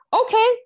okay